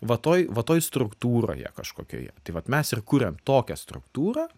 va toj va toj struktūroje kažkokioje tai vat mes ir kuriam tokią struktūrą